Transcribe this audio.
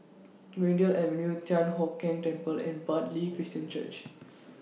Greendale Avenue Thian Hock Keng Temple and Bartley Christian Church